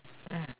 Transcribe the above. mm